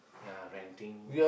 ya renting